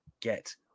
get